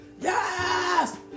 Yes